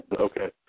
okay